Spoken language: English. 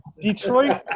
Detroit